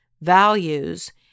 values